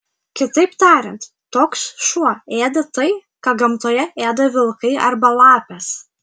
kitaip tariant toks šuo ėda tai ką gamtoje ėda vilkai arba lapės